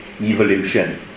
evolution